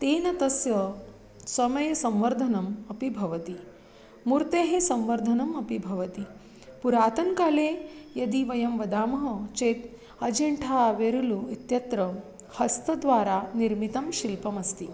तेन तस्य समयस्य संवर्धनम् अपि भवति मूर्तेः संवर्धनम् अपि भवति पुरातनकाले यदि वयं वदामः चेत् अजेण्ठा वेरुलु इत्यत्र हस्तद्वारा निर्मितं शिल्पमस्ति